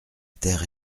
terre